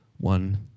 One